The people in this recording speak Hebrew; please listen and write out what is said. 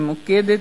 ממוקדת,